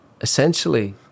essentially